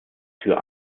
tür